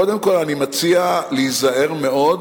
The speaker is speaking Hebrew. קודם כול, אני מציע להיזהר מאוד